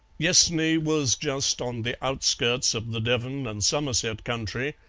yessney was just on the outskirts of the devon-and-somerset country,